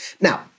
Now